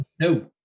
No